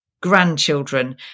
grandchildren